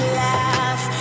laugh